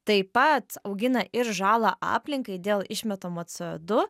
taip pat augina ir žalą aplinkai dėl išmetamo co du